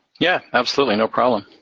yeah, absolutely, no problem.